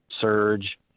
surge